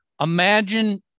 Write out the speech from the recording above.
imagine